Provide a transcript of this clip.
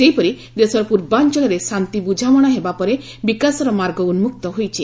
ସେହିପରି ଦେଶର ପୂର୍ବାଞ୍ଚଳରେ ଶାନ୍ତି ବୁଝାବଣା ହେବା ପରେ ବିକାଶର ମାର୍ଗ ଉନ୍ନକ୍ତ ହୋଇଛି